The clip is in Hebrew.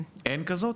אין כזאת?